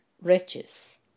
riches